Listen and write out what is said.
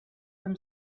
them